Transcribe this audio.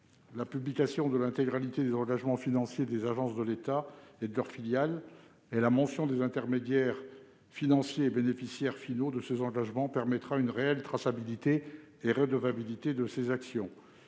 La publication de l'intégralité des engagements financiers des agences de l'État et de leurs filiales, ainsi que la mention des intermédiaires financiers et bénéficiaires finaux de ces engagements, permettra une réelle traçabilité et redevabilité de ces actions.